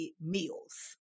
meals